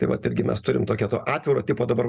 tai vat irgi mes turim tokią to atviro tipo dabar